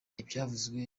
ibyavuzwe